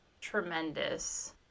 tremendous